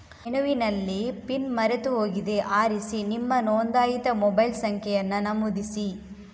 ಮೆನುವಿನಲ್ಲಿ ಪಿನ್ ಮರೆತು ಹೋಗಿದೆ ಆರಿಸಿ ನಿಮ್ಮ ನೋಂದಾಯಿತ ಮೊಬೈಲ್ ಸಂಖ್ಯೆಯನ್ನ ನಮೂದಿಸಿ